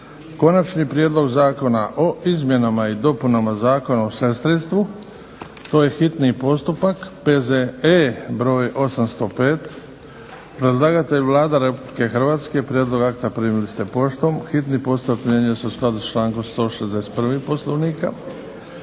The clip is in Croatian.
Konačni prijedlog zakona o izmjenama i dopunama Zakona o sestrinstvu, hitni postupak, prvo i drugo čitanje, P.Z.E. br. 805. Predlagatelj Vlada Republike Hrvatske. Prijedlog akta primili ste poštom. Hitni postupak primjenjuje se u skladu sa člankom 161. Poslovnika.